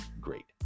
Great